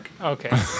Okay